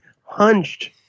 hunched